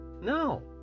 no